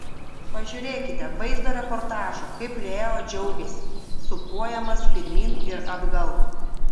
pažiūrėkite vaizdo reportažą kaip leo džiaugiasi sūpuojamas pirmyn ir atgal